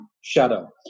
Shadow